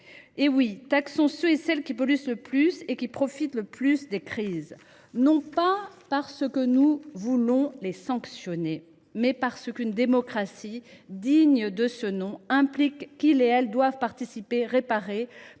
Taxons ceux et celles qui polluent le plus et qui profitent le plus des crises, non pas parce que nous voulons les sanctionner, mais parce que, dans une démocratie digne de ce nom, ils et elles doivent participer, réparer,